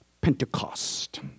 Pentecost